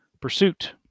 Pursuit